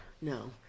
no